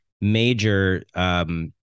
major